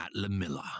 Atlamilla